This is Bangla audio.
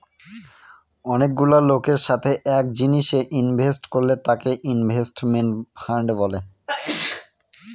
অনেকগুলা লোকের সাথে এক জিনিসে ইনভেস্ট করলে তাকে ইনভেস্টমেন্ট ফান্ড বলে